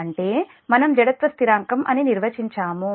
అంటే మనం జడత్వ స్థిరాంకం అని నిర్వచించాము